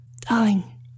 Darling